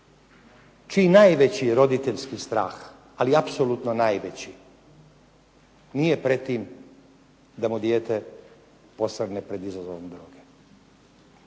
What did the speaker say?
čiji najveći roditeljski strah ali apsolutno najveći nije pred tim da mu dijete posrne pred izazovom droge.